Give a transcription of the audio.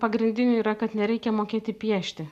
pagrinde yra kad nereikia mokėti piešti